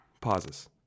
pauses